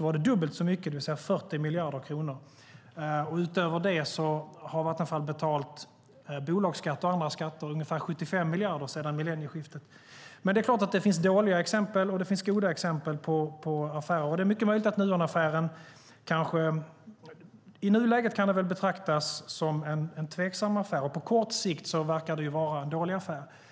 var det dubbelt så mycket, det vill säga 40 miljarder kronor. Utöver detta har Vattenfall betalat bolagsskatt och andra skatter på ungefär 75 miljarder sedan millennieskiftet. Men det är klart att det finns både dåliga och goda exempel på affärer. Det är mycket möjligt att Nuonaffären i dagsläget kan betraktas som en tveksam affär, och på kort sikt verkar det vara en dålig affär.